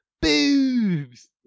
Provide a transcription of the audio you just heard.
Boobs